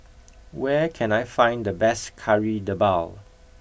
where can I find the best kari debal